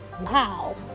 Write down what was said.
Wow